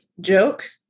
joke